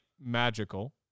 magical